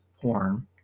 porn